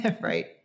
Right